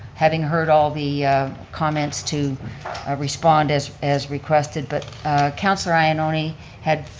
having heard all the comments to respond as as requested, but councilor ioannoni had